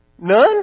None